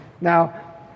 now